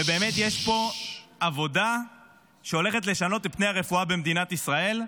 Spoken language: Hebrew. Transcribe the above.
ובאמת יש פה עבודה שהולכת לשנות את פני הרפואה במדינת ישראל.